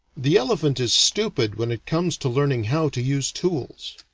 the elephant is stupid when it comes to learning how to use tools.